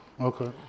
okay